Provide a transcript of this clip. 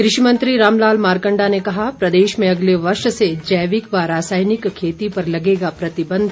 कृषि मंत्री रामलाल मारकण्डा ने कहा प्रदेश में अगले वर्ष से जैविक व रासायनिक खेती पर लगेगा प्रतिबंध